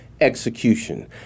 execution